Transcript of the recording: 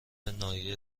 ناحیه